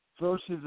versus